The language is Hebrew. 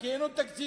כי אין עוד תקציב.